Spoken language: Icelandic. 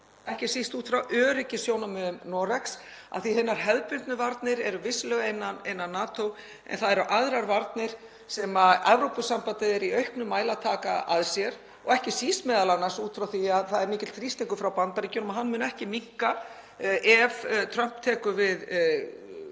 ekki síst út frá öryggissjónarmiðum Noregs, af því að hinar hefðbundnu varnir eru vissulega innan NATO. En það eru aðrar varnir sem Evrópusambandið er í auknum mæli að taka að sér og ekki síst út frá því að það er mikill þrýstingur frá Bandaríkjunum og hann mun ekki minnka ef Trump tekur við